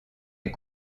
est